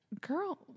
Girl